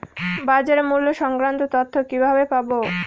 বাজার মূল্য সংক্রান্ত তথ্য কিভাবে পাবো?